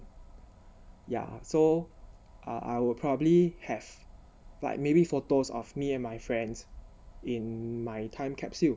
ya so I'll probably have like maybe photos of me and my friends in my time capsule